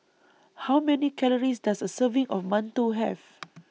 How Many Calories Does A Serving of mantou Have